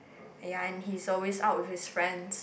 ya and he's always out with his friends